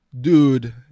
Dude